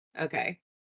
Okay